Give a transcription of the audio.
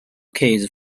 kids